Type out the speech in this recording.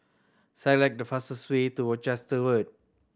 select the fastest way to